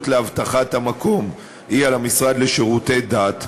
לאבטחת המקום היא של המשרד לשירותי דת,